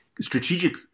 strategic